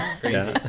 Crazy